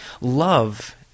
Love